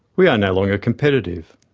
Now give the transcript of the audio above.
we are no longer competitive.